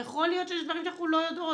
יכול להיות שיש דברים שאנחנו לא יודעות,